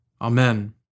Amen